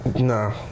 Nah